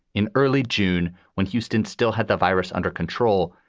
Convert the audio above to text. in early june, when houston still had the virus under control,